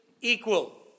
equal